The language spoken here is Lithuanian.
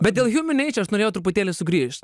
bet dėl human nature aš norėjau truputėlį sugrįžt